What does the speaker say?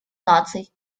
наций